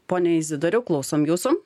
ponia izidoriau klausom jūsų